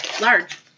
large